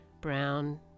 Brown